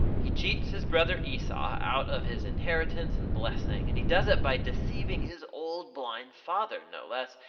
he cheats his brother esau out of his inheritance and blessing and he does it by deceiving his old blind father no less,